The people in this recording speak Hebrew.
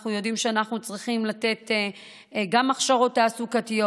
אנחנו יודעים שאנחנו צריכים לתת גם הכשרות תעסוקתיות,